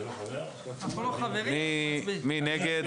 מי נגד?